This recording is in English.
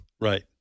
Right